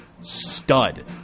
stud